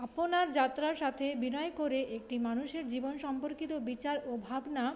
আপনার যাত্রার সাথে বিনয় করে একটি মানুষের জীবন সম্পর্কিত বিচার ও ভাবনা